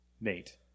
Nate